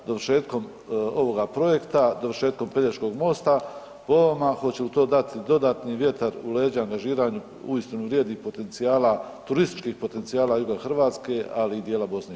Dovršetkom ovoga projekta, dovršetkom Pelješkog mosta po vama hoće li to dati dodatni vjetar u leđa angažiranju uistinu vrijednih potencijala, turističkih potencijala juga Hrvatske, ali i dijela BiH.